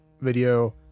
video